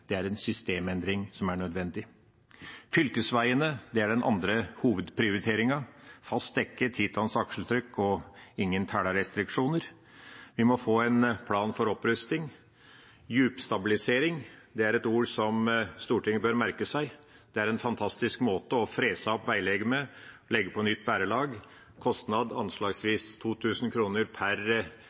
Det er det som kalles digital allemannsrett. Det er en systemendring som er nødvendig. Fylkesveiene er den andre hovedprioriteringen – med fast dekke, 10 tonns akseltrykk og ingen telerestriksjoner. Vi må få en plan for opprusting. Djupstabilisering er et ord som Stortinget bør merke seg. Det er en fantastisk metode, å frese opp veilegemet og legge på nytt bærelag. Kostnad: